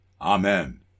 Amen